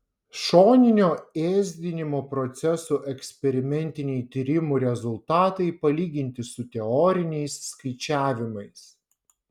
šoninio ėsdinimo procesų eksperimentiniai tyrimų rezultatai palyginti su teoriniais skaičiavimais